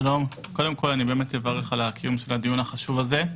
שלום, קודם כל אני אברך על קיום הדיון החשוב הזה.